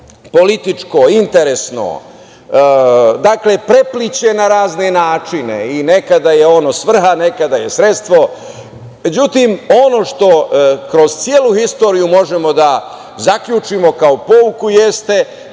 političko, interesno, prepliće na razne načine. I nekada je ono svrha, nekada je ono sredstvo, međutim što kroz celu istoriju možemo da zaključimo kao pouku jeste